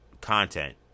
content